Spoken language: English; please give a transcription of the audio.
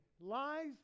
lies